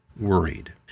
worried